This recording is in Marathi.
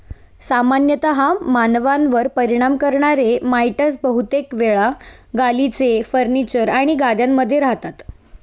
सामान्यतः मानवांवर परिणाम करणारे माइटस बहुतेक वेळा गालिचे, फर्निचर आणि गाद्यांमध्ये रहातात